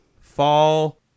fall